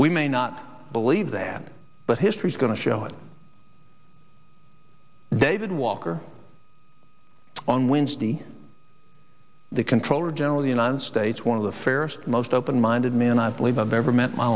we may not believe that but history's going to show it david walker on wednesday the controller general the united states one of the fairest most open minded men i believe i've ever met